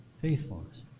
faithfulness